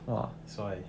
!wah! that's why